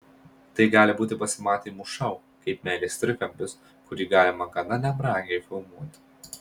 tai gali būti pasimatymų šou kaip meilės trikampis kurį galima gana nebrangiai filmuoti